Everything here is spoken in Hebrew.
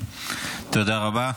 תודה רבה.